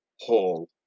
Hall